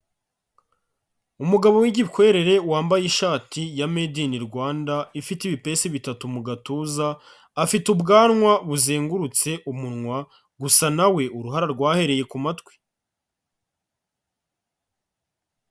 Umugabo w'igikwerere wambaye ishati ya Made in Rwanda ifite ibipesi bitatu mu gatuza, afite ubwanwa buzengurutse umunwa, gusa na we uruhara rwahereye ku matwi.